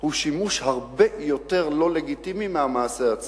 הוא שימוש הרבה יותר לא לגיטימי מהמעשה עצמו.